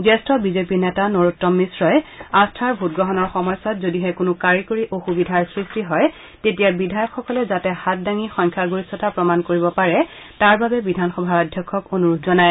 জ্যেষ্ঠ বিজেপি নেতা নৰোত্তম মিশ্ৰই আস্থাৰ ভোটগ্ৰহণৰ সময়ছোৱাত যদিহে কোনো কাৰিকৰী অসুবিধাৰ সৃষ্টি হয় তেতিয়া বিধায়কসকলে যাতে হাত দাঙি সংখ্যাগৰিষ্ঠতা প্ৰমাণ কৰিব পাৰে তাৰ বাবে বিধানসভাৰ অধ্যক্ষক অনুৰোধ জনায়